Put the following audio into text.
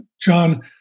John